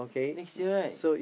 next year right